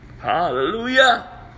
Hallelujah